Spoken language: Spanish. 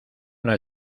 una